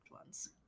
ones